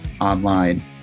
online